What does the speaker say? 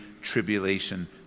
tribulation